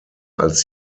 als